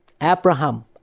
Abraham